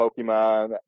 Pokemon